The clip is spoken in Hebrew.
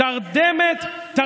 שקר